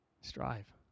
Strive